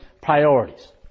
priorities